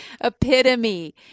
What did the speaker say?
epitome